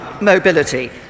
mobility